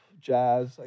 jazz